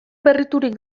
berriturik